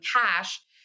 cash